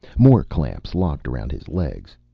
more clamps locked around his legs.